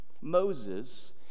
Moses